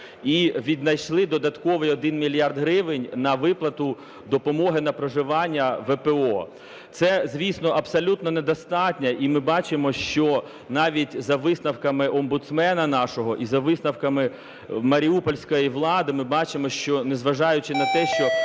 і віднайшли додатковий 1 мільярд гривень на виплату допомоги на проживання ВПО. Це, звісно, абсолютно недостатньо і ми бачимо, що навіть за висновками омбудсмена нашого і за висновками маріупольської влади ми бачимо, що, незважаючи на те, що